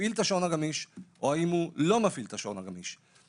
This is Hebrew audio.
מפעיל את השעון הגמיש או לא מפעיל את השעון הגמיש.